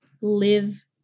live